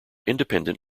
independent